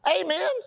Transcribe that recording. Amen